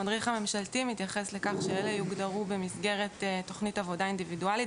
המדריך הממשלתי מתייחס לכך שאלה יוגדרו במסגרת עבודה אינדיבידואלית